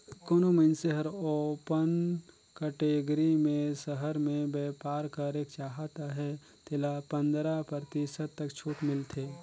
कोनो मइनसे हर ओपन कटेगरी में सहर में बयपार करेक चाहत अहे तेला पंदरा परतिसत तक छूट मिलथे